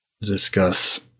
discuss